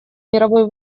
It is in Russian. мировой